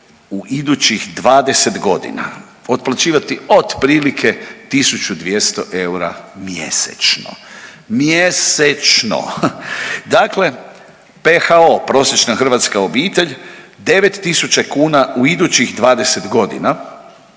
u idućih 20 godina otplaćivati 1.200 eura mjesečno, mjesečno. Dakle, PHO prosječna hrvatska obitelj 9.000 kuna u idućih 20 godina.